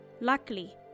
Luckily